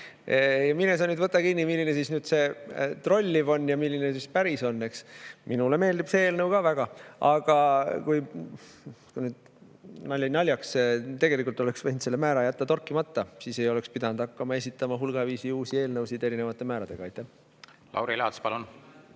lai. Mine sa nüüd võta kinni, milline siis nüüd see trolliv on ja milline siis päris on, eks. Minule meeldib see eelnõu ka väga. Aga nali naljaks, tegelikult oleks võinud jätte selle määra torkimata, siis ei oleks pidanud hakkama esitama hulgaviisi uusi eelnõusid erinevate määradega. Jaa. Aitäh, Tanel!